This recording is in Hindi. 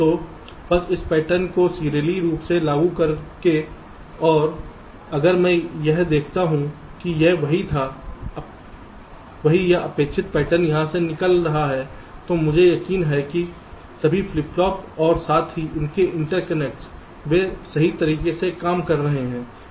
तो बस इस पैटर्न को सीरियली रूप से लागू करके और अगर मैं यह देखता हूं कि यह वही या अपेक्षित पैटर्न यहां से निकल रहा है तो मुझे यकीन है कि ये सभी फ्लिप फ्लॉप और साथ ही उनके इंटरकनेक्ट वे सही तरीके से काम कर रहे हैं